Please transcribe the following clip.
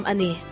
Ani